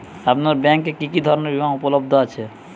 আপনার ব্যাঙ্ক এ কি কি ধরনের বিমা উপলব্ধ আছে?